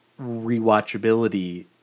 rewatchability